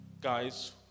guys